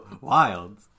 Wild